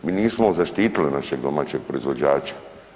Mi nismo zaštitili našeg domaćeg proizvođača.